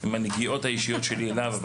עם הנגיעות האישיות שלי אליו.